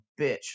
bitch